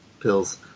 pills